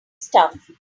stuff